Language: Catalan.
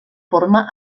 forma